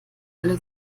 alle